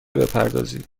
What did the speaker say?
بپردازید